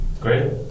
Great